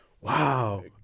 Wow